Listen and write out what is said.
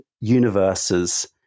universes